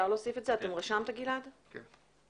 לגבי